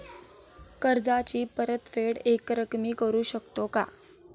कर्जाची परतफेड एकरकमी करू शकतो का?